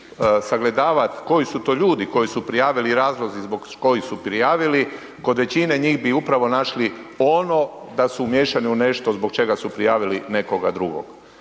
išli sagledavat koji su to ljudi koji su prijavili i razlozi zbog kojih su prijavili, kod većine njih bi upravo našli ono da su umiješani u nešto zbog čega su prijavili nekoga drugog.